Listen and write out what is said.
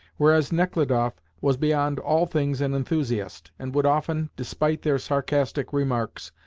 whereas nechludoff was beyond all things an enthusiast, and would often, despite their sarcastic remarks,